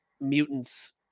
mutants